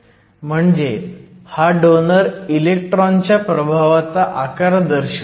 म्हणजे हा डोनर इलेक्ट्रॉनच्या प्रभावाचा आकार दर्शवतो